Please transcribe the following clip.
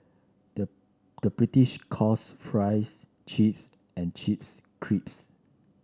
the British calls fries chips and chips crisps